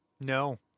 No